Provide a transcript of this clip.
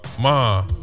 Ma